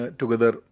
together